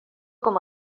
com